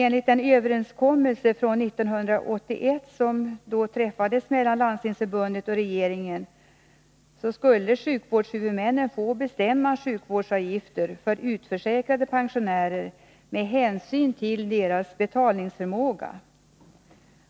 Enligt den överenskommelse från 1981 som träffades mellan Landstingsförbundet och regeringen skulle sjukvårdshuvudmännen få bestämma sjukvårdsavgifter för utförsäkrade pensionärer med hänsyn till dessas betalningsförmåga.